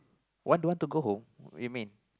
one don't want to go you mean